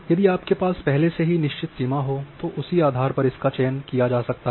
यदि आपके पास पहले से ही निश्चित सीमा हो तो उसी आधार पर इसका चयन किया जा सकता है